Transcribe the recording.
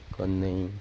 କନେଇଁ